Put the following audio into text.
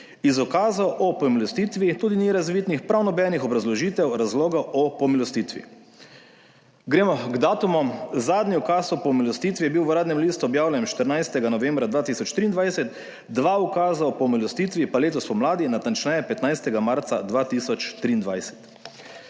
Iz ukazov o pomilostitvi tudi ni razvidnih prav nobenih obrazložitev, razlogov o pomilostitvi. Gremo k datumom. Zadnji ukaz o pomilostitvi je bil v uradnem listu objavljen 14. novembra 2023, dva ukaza o pomilostitvi pa letos spomladi, natančneje 15. marca 2023.